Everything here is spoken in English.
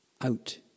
Out